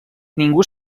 ningú